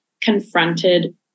confronted